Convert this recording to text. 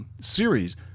series